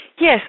Yes